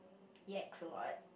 yaks a lot